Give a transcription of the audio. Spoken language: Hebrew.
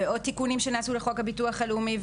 ועוד תיקונים שנעשו לחוק ביטוח לאומי,